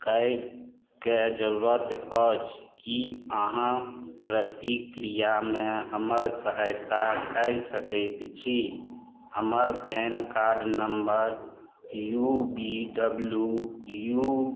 कयलके जरूरत अछि की अहाँ प्रतिक्रियामे हमर सहायता कै सकैत छी हमर PAN card number U V W U